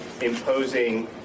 imposing